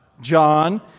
John